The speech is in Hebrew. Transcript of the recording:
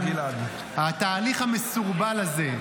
התהליך המסורבל הזה,